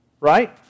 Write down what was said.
Right